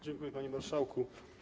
Dziękuję, panie marszałku.